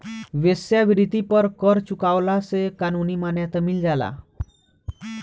वेश्यावृत्ति पर कर चुकवला से कानूनी मान्यता मिल जाला